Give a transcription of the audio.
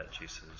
Jesus